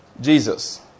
Jesus